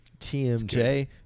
TMJ